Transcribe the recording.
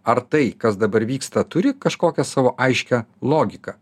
ar tai kas dabar vyksta turi kažkokią savo aiškią logiką